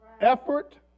effort